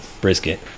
brisket